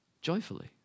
joyfully